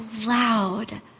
loud